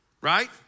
right